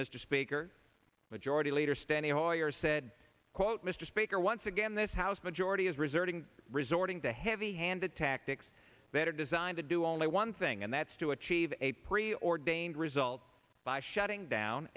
mr speaker majority leader standing for years said quote mr speaker once again this house majority is reserving resorting to heavy handed tactics that are designed to do only one thing and that's to achieve a preordained result by shutting down